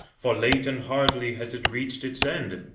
for late and hardly has it reached its end.